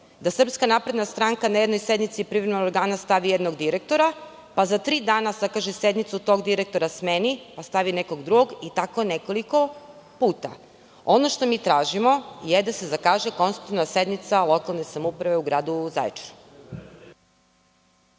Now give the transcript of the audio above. nedopustivo – da SNS na jednoj sednici privremenog organa stavi jednog direktora, a za tri dana zakaže sednicu, tog direktora smeni pa stavi nekog drugog i tako nekoliko puta. Ono što mi tražimo je da se zakaže konstitutivna sednica lokalne samouprave u gradu Zaječaru.